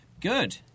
Good